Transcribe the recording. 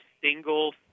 single